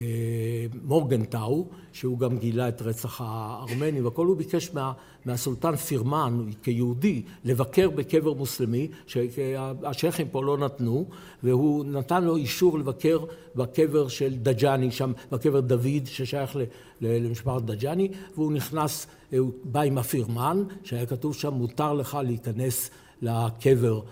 מורגנטאו, שהוא גם גילה את רצח הארמני, והכל הוא ביקש מהסולטן פירמן כיהודי לבקר בקבר מוסלמי, שהשחים פה לא נתנו, והוא נתן לו אישור לבקר בקבר של דג'אני שם, בקבר דוד ששייך למשפחת דג'אני, והוא נכנס, הוא בא עם הפירמן שהיה כתוב שם מותר לך להיכנס לקבר